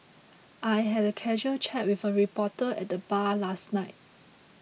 I had a casual chat with a reporter at the bar last night